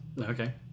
Okay